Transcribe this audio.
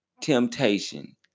temptation